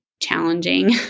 challenging